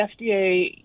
FDA